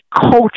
culture